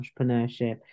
entrepreneurship